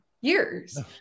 years